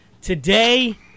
Today